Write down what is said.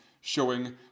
showing